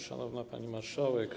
Szanowna Pani Marszałek!